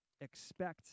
expect